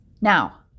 Now